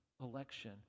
election